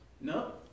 No